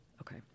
okay